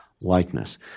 likeness